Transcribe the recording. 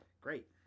Great